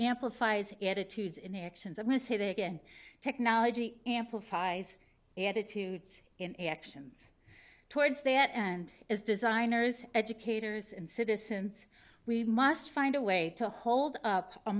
amplifies attitudes in actions of mishearing again technology amplifies attitudes and actions towards that end is designers educators and citizens we must find a way to hold up a